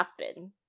happen